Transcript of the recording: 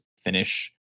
finish